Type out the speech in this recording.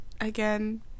again